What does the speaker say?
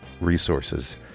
resources